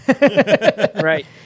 Right